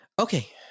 okay